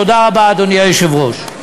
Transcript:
תודה רבה, אדוני היושב-ראש.